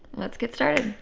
let's get started.